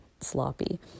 sloppy